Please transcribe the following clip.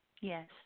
Yes